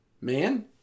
Man